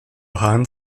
hahn